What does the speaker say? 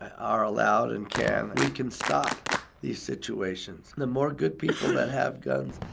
are allowed and can, we can stop these situations. the more good people that have guns,